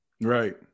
Right